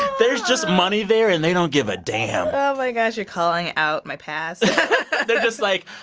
there's just money there, and they don't give a damn oh, my gosh, you're call and out my past they're just like,